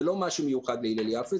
זה לא משהו מיוחד להלל יפה.